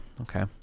okay